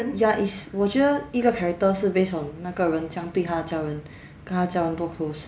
ya it's 我觉得一个 character 是 based on 那个人怎样对他家人跟他家人多 close